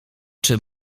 czy